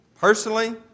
personally